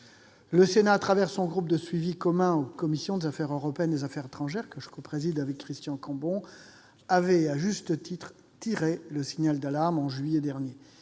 Le Sénat, au travers de son groupe de suivi commun aux commissions des affaires européennes et des affaires étrangères, que je copréside avec Christian Cambon, avait, à juste titre, tiré le signal d'alarme en juillet dernier.